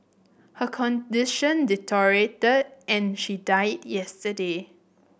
her condition deteriorated and she died yesterday